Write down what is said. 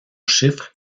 chiffre